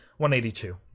182